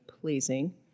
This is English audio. pleasing